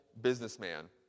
businessman